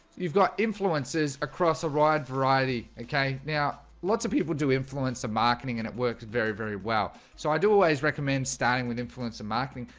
you've got influences across a wide variety okay, now lots of people do influencer marketing and it works very very well so i do always recommend starting with influencer marketing,